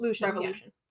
Revolution